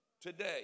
today